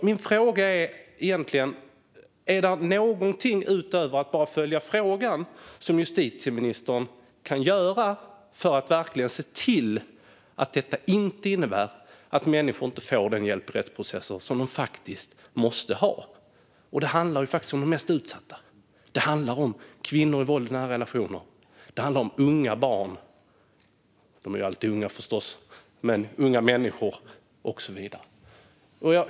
Min fråga är därför egentligen: Finns det någonting utöver att bara följa frågan som justitieministern kan göra för att verkligen se till att detta inte innebär att människor inte får den hjälp i rättsprocesser som de faktiskt måste ha? Detta handlar dessutom om de mest utsatta. Det handlar om kvinnor som utsätts för våld i nära relationer, om barn, om unga människor och så vidare.